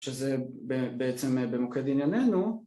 שזה בעצם במוקד ענייננו